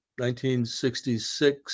1966